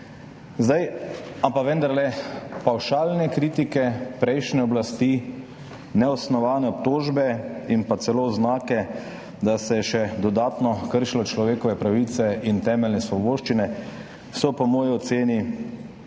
stiske. Vendarle so pavšalne kritike prejšnje oblasti, neosnovane obtožbe in celo oznake, da se je še dodatno kršilo človekove pravice in temeljne svoboščine, po moji oceni